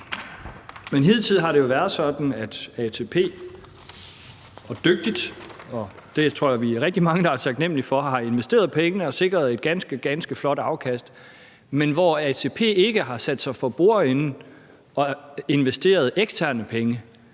Men hidtil har det jo været sådan, at ATP dygtigt – og det tror jeg vi er rigtig mange der er taknemlige for – har investeret pengene og sikret et ganske, ganske flot afkast, men ATP har ikke sat sig for bordenden og investeret eksterne penge.